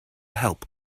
help